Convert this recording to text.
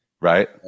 Right